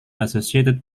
associated